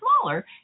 smaller